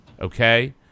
Okay